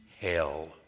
hell